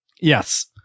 Yes